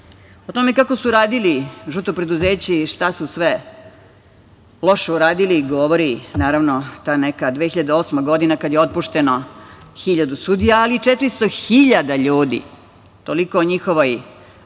tome kako su radili, žuto preduzeće, i šta su sve loše uradili, govori ta neka 2008. godina, kada je otpušteno hiljadu sudija, ali i 400.000 ljudi. Toliko o njihovoj